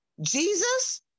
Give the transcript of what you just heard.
jesus